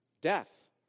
death